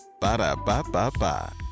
Ba-da-ba-ba-ba